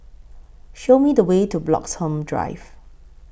Show Me The Way to Bloxhome Drive